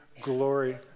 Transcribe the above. glory